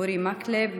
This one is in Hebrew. אורי מקלב,